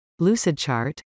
LucidChart